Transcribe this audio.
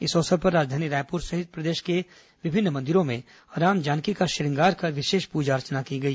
इस अवसर पर राजधानी रायपुर सहित प्रदेश के विभिन्न मंदिरों में रामजानकी का श्रृंगार कर विशेष प्रजा अर्चना की गई